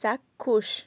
চাক্ষুষ